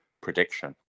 prediction